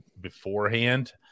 beforehand